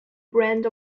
brand